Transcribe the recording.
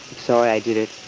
sorry i did it.